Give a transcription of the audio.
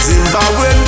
Zimbabwe